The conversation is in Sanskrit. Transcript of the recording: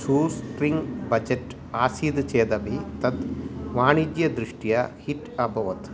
शू स्ट्रिङ्ग् बजेट् आसीद् चेदपि तत् वाणिज्यदृष्ट्या हिट् अभवत्